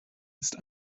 ist